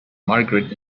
margaret